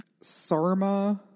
Sarma